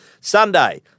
Sunday